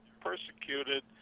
persecuted